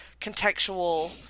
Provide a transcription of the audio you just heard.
contextual